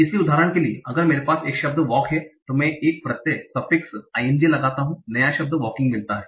इसलिए उदाहरण के लिए अगर मेरे पास एक शब्द वॉक है और मैं एक प्रत्ययsuffix सफिक्स i n g लगाता हूं नया शब्द वॉकिंग मिलता है